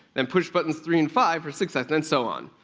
then, push buttons three and five for six seconds, and so on.